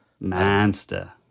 Monster